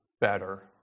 better